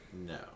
No